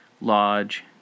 lodge